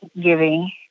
giving